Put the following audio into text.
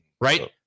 Right